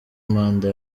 manda